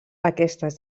aquestes